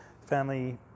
family